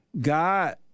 God